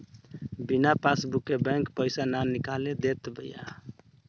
बिना पासबुक के बैंक पईसा ना निकाले देत बिया